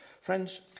Friends